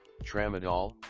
tramadol